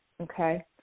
Okay